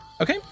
Okay